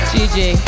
Gigi